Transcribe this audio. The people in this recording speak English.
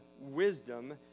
wisdom